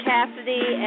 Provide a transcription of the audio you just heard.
Cassidy